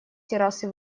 террасы